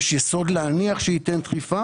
יש יסוד להניח שייתן דחיפה.